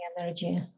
energy